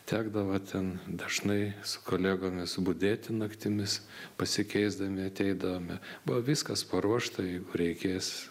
tekdavo ten dažnai su kolegomis budėti naktimis pasikeisdami ateidavome buvo viskas paruošta jeigu reikės